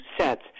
sets